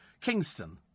Kingston